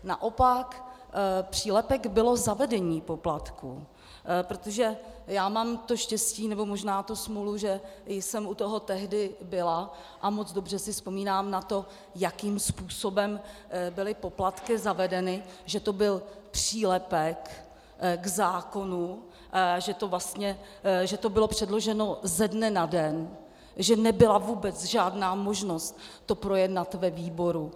Naopak, přílepek bylo zavedení poplatků, protože já mám to štěstí, nebo možná tu smůlu, že jsem u toho tehdy byla, a moc dobře si vzpomínám na to, jakým způsobem byly poplatky zavedeny, že to byl přílepek k zákonu, že to bylo předloženo ze dne na den, že nebyla vůbec žádná možnost to projednat ve výboru.